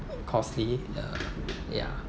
costly uh ya